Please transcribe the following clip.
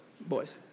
Boys